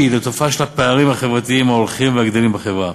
לתופעה של הפערים החברתיים ההולכים וגדלים בחברה,